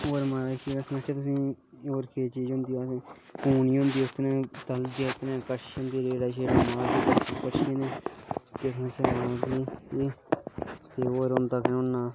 होर महाराज केह् सुनाचै तुसैं गी कडशियैं कन्नै रेड़े रूड़े मारने होर केह् सुनाचै तुसैं गी ते होर